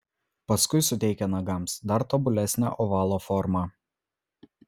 paskui suteikia nagams dar tobulesnę ovalo formą